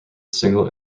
single